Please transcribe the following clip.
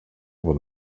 able